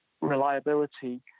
reliability